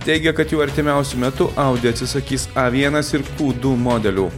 teigia kad jau artimiausiu metu audi atsisakys a vienas ir kū du modelių